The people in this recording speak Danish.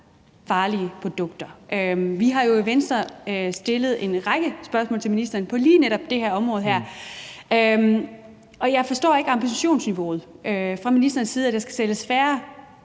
farlige produkter. Vi har jo i Venstre stillet en række spørgsmål til ministeren på lige netop det her område, og jeg forstår ikke ambitionsniveauet hos ministeren, altså at der skal sælges færre